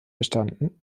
bestanden